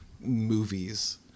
movies